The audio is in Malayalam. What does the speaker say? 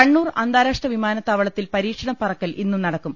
കണ്ണൂർ അന്താരാഷ്ട്ര വിമാനത്താവളത്തിൽ പരീക്ഷണ പറ ക്കൽ ഇന്നും നടക്കും